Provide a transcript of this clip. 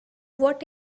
what